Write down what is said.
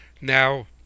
Now